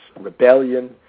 rebellion